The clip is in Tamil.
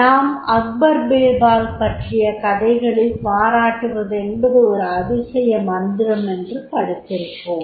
நாம் அக்பர் பீர்பால் பற்றிய கதைகளில் பாராட்டுவதென்பது ஒரு அதிசய மந்திரம் என்று படித்திருப்போம்